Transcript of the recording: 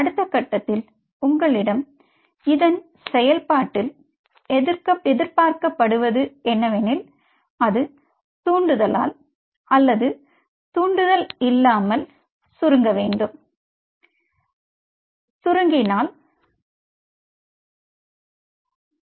அடுத்த கட்டத்தில் உங்களிடம் இதன் செயல்பாட்டில் எதிர்பார்க்கப்படுவது என்னவென்றால் அது தூண்டுதலால் அல்லது தூண்டுதல் இல்லாமல் சுருக்கம் சுருங்க வேண்டும்